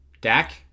Dak